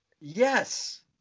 Yes